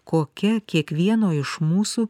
kokia kiekvieno iš mūsų